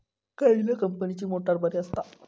खयल्या कंपनीची मोटार बरी असता?